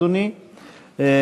אדוני,